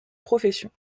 profession